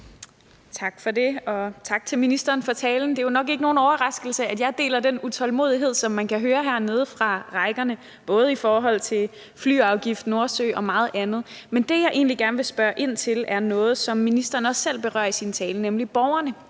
Tak for det, og tak til ministeren for talen. Det er jo nok ikke nogen overraskelse, at jeg deler den utålmodighed, der gives udtryk for hernede fra rækkerne, både i forhold til flyafgift, Nordsøen og meget andet. Men det, jeg egentlig gerne vil spørge ind til, er noget, som ministeren også selv berører i sin tale, nemlig borgerne